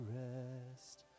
rest